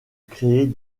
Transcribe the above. créer